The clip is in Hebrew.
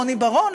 רוני בר-און,